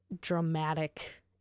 dramatic